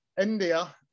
India